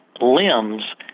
limbs